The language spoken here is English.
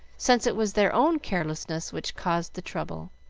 since it was their own carelessness which caused the trouble.